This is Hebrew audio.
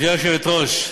גברתי היושבת-ראש,